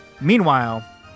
Meanwhile